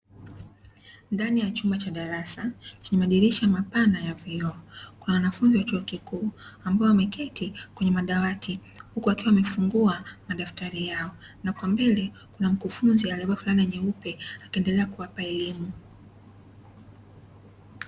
Ndani ya chumba cha darasa chenye madirisha mapana ya vioo, kuna wanafunzi wa chuo kikuu ambao wameketi kwenye madawati huku wamefungua madaftari yao na kwa mbele kuna mkufunzi aliyevaa fulana nyeupe akiendelea kuwapa elimu.